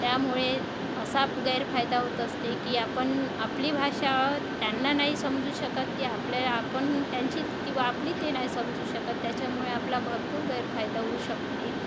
त्यामुळे असा गैरफायदा होत असते की आपण आपली भाषा त्यांना नाही समजू शकत की आपल्या आपण त्यांची किंवा आपली ते नाही समजू शकत त्याच्यामुळे आपला भरपूर गैरफायदा होऊ शकते